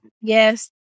Yes